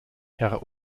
herr